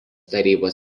tarybos